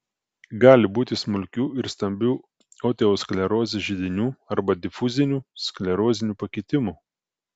gali būti smulkių ir stambių osteosklerozės židinių arba difuzinių sklerozinių pakitimų